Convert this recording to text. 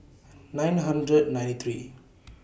nine hundred ninety three